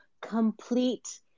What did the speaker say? complete